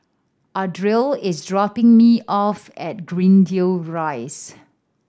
Ardell is dropping me off at Greendale Rise